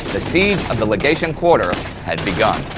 the siege of the legation quarter had begun.